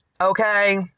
okay